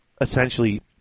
essentially